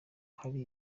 hari